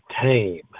tame